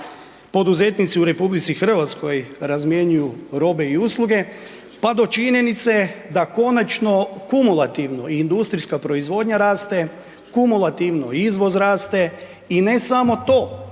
poduzetnici u RH razmjenjuju robe i usluge pa do činjenice da konačno kumulativno i industrijska proizvodanja rasta, kumulativno i izvoz raste. I ne samo to,